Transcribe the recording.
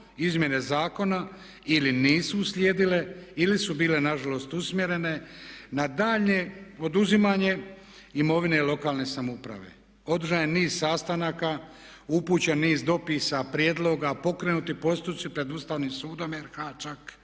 izmjene zakona ili nisu uslijedile ili su bile nažalost usmjerene na daljnje oduzimanje imovine lokalne samouprave. Održan je niz sastanaka, upućen niz dopisa, prijedloga, pokrenuti su postupci pred Ustavnim sudom RH čak